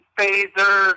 Phaser